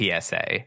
PSA